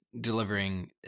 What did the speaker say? delivering